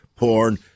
porn